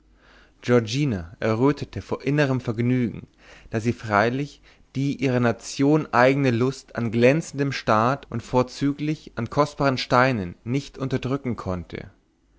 giorgina errötete vor innerm vergnügen da sie freilich die ihrer nation eigne lust an glänzendem staat und vorzüglich an kostbaren steinen nicht unterdrücken konnte